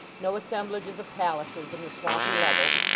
no assemblages of palaces in the swampy levels,